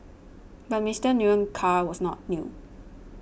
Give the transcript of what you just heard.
but Mister Nguyen's car was not new